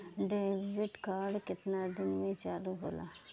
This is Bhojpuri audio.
डेबिट कार्ड केतना दिन में चालु होला?